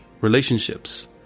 relationships